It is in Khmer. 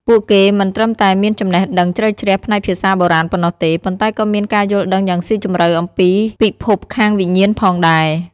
ពួកគេមិនត្រឹមតែមានចំណេះដឹងជ្រៅជ្រះផ្នែកភាសាបុរាណប៉ុណ្ណោះទេ ប៉ុន្តែក៏មានការយល់ដឹងយ៉ាងស៊ីជម្រៅអំពីពិភពខាងវិញ្ញាណផងដែរ។